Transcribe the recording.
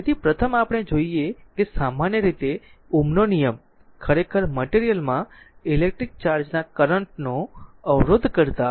તેથી પ્રથમ આપણે જોઈએ કે સામાન્ય રીતે Ω નો નિયમ ખરેખર મટેરિયલ માં ઇલેક્ટ્રિક ચાર્જના કરંટ નો અવરોધ કરતા r ની કેરેક્ટેરીસ્ટીક છે